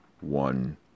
one